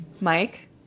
Mike